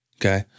okay